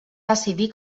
decidir